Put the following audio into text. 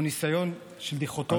הוא ניסיון של דיכוטומיה.